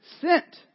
sent